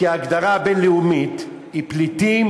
כי ההגדרה הבין-לאומית היא "פליטים"